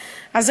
אז,